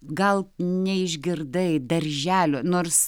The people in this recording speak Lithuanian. gal neišgirdai darželio nors